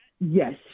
Yes